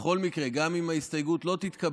בכל מקרה, גם אם ההסתייגות לא תתקבל,